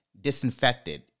disinfected